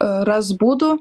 ras būdų